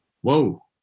Whoa